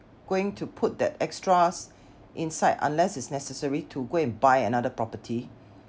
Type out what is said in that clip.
going to put that extras inside unless it's necessary to go and buy another property